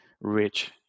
rich